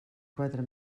quatre